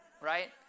right